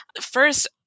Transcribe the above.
First